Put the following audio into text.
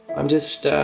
i'm just